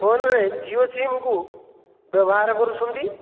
ଫୋନ୍ରେ ଜିଓ ସିମ୍କୁ ବ୍ୟବହାର କରୁଛନ୍ତି